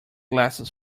lasts